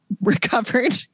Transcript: recovered